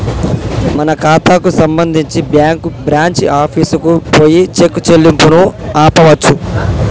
మన ఖాతాకు సంబంధించి బ్యాంకు బ్రాంచి ఆఫీసుకు పోయి చెక్ చెల్లింపును ఆపవచ్చు